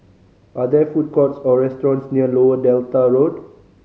are there food courts or restaurants near Lower Delta Road